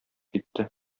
китте